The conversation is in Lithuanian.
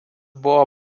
buvo